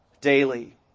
daily